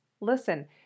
listen